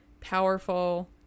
powerful